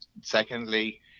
secondly